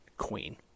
queen